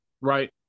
Right